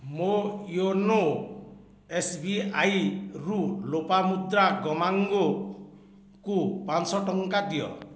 ମୋ ୟୋନୋ ଏସ୍ବିଆଇରୁ ଲୋପାମୁଦ୍ରା ଗମାଙ୍ଗକୁ ପାଞ୍ଚଶହ ଟଙ୍କା ଦିଅ